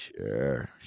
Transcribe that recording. sure